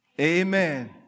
Amen